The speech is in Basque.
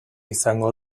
izango